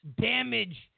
damage